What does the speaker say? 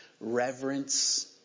Reverence